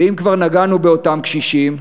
ואם כבר נגענו באותם קשישים,